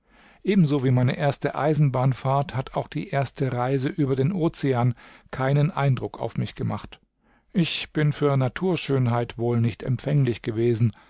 ebenso wie meine erste eisenbahnfahrt hat auch die erste reise über den ozean keinen eindruck auf mich gemacht ich bin für naturschönheit wohl nicht empfänglich gewesen